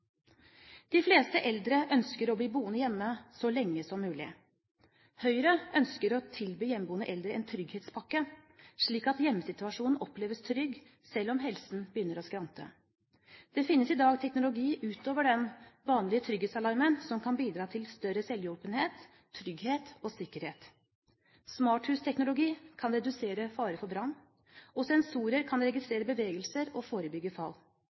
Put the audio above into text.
De fleste eldre ønsker å bli boende hjemme så lenge som mulig. Høyre ønsker å tilby hjemmeboende eldre en trygghetspakke, slik at hjemmesituasjonen oppleves trygg selv om helsen begynner å skrante. Det finnes i dag teknologi utover den vanlige trygghetsalarmen som kan bidra til større selvhjulpenhet, trygghet og sikkerhet. Smarthusteknologi kan redusere fare for brann, og sensorer kan registrere bevegelser og forebygge fall.